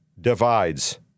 divides